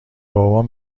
بابام